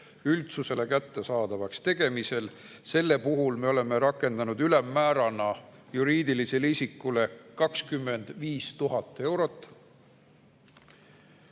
üldsusele kättesaadavaks tegemisel" kaudu. Selle puhul me oleme rakendanud ülemmäärana juriidilisele isikule 25 000 eurot.